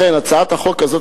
הצעת החוק הזאת,